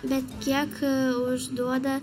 bet kiek užduoda